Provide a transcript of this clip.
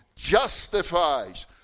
justifies